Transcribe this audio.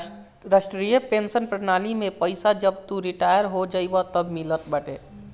राष्ट्रीय पेंशन प्रणाली में पईसा जब तू रिटायर हो जइबअ तअ मिलत बाटे